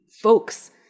folks